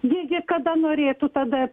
jie gi kada norėtų tada